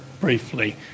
briefly